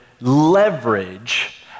leverage